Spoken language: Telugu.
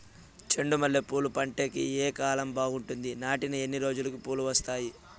చెండు మల్లె పూలు పంట కి ఏ కాలం బాగుంటుంది నాటిన ఎన్ని రోజులకు పూలు వస్తాయి